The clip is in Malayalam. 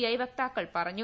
ഐ വക്താക്കൾ പ്റഞ്ഞു